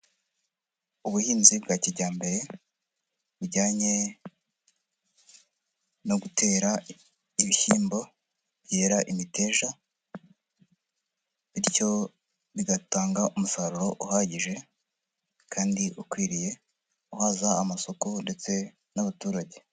Ubuhinzi bwa kijyambere bujyanye no gutera ibishyimbo byera imiteja, bityo bigatanga umusaruro uhagije kandi ukwiriye uhaza amasoko ndetse n'abaturage.